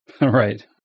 Right